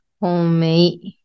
Homemade